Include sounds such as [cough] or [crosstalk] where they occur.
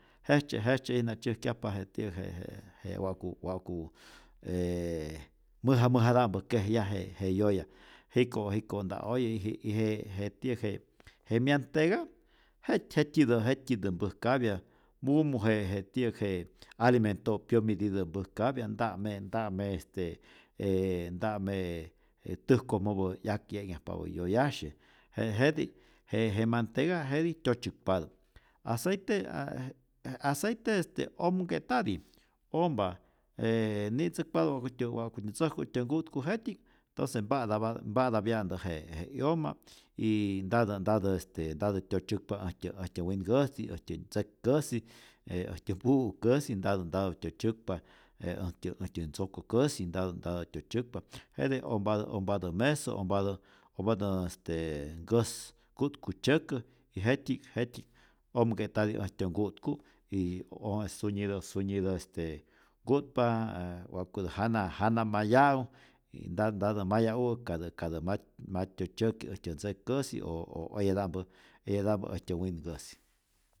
Jejtzye jejtzye'ijna tzyäjkyajpa je ti'yäk je je je wa'ku wa'ku [hesitation] mäja mäjata'mpä kejyaj je je yoya, jiko' jiko' nta' oye y ji y je je ti'yäk je myantega jety jet'tyitä jet'tyitä mpäjkapya mumu je je ti'yäk je alimento' pyämititä mpäjkapya, nta'me nta'me este ee nta'me täjkojmäpä 'yakye'nhyajpapä yoyasye, je jetij je je mantega jetij tyotzyäkpatä, aceite a ä ä aceite este omke'tati, ompa [hesitation] ni'tzäkpatä wa'kutyä wa'kutyä ntzäjku äjtyä nku'tku jetypi'k tonce mpatapa mpatapya'ntä je je 'yoma y ntatä ntatä este ntatä tyotzyäkpa äjtyä äjtyä winkäsi, äjtyä ntzek'käsi, e äjtyä mpu'u'käsi ntatä ntatä tyotzyäkpa, je äjtyä äjtyä ntzoko'käsi ntatä ntatä tyotzyäkpa, jete ompatä ompatä mesä, ompatä ompatä este nkäs ku'tkutzyäkä y jetyji'k jetyji'k omke'tati äjtyä nku'tku', y oo sunyitä sunyitä este ku'tpa ee wa'kutä jana jana maya'u y nta ntatä maya'u'äk katä katä ma ma tyotzyäki' äjtyä ntzek'käsi o o eyata'mpä eyata'mpä äjtyä winkäsi.